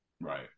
Right